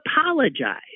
apologize